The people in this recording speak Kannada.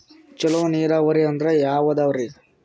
ಚಲೋ ನೀರಾವರಿ ಅಂದ್ರ ಯಾವದದರಿ?